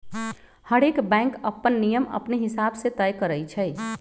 हरएक बैंक अप्पन नियम अपने हिसाब से तय करई छई